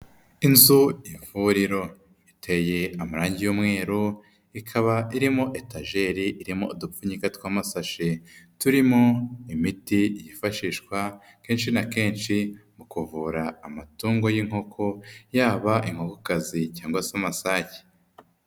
Inzu ivuriro iteye amarangi y'umweru ikaba irimo etageri irimo udupfuyinyika tw'amasashi turimo imiti yifashishwa kenshi na kenshi mu kuvura amatungo y'inkoko yaba inkokokazi cyangwa se amasake.